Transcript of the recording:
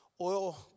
oil